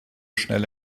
schnell